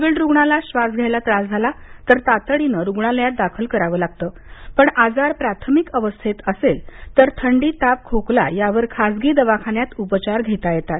Covid रुग्णाला श्वास घ्यायला त्रास झाला तर तातडीनं रुग्णालयात दाखल करावं लागतं पण आजार प्राथमिक अवस्थेत असेल तर थंडी ताप खोकला यावर खाजगी दवाखान्यात उपचार घेता येतील